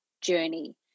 journey